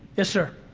yes, sir.